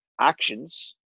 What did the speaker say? actions